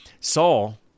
Saul